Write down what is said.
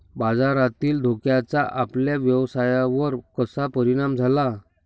बाजारातील धोक्याचा आपल्या व्यवसायावर कसा परिणाम झाला?